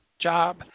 job